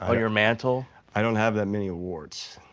ah your mantle? i don't have that many awards.